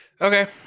okay